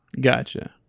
Gotcha